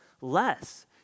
less